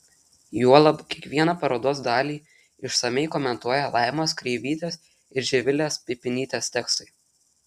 juolab kiekvieną parodos dalį išsamiai komentuoja laimos kreivytės ir živilės pipinytės tekstai